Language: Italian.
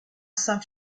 san